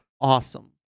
awesome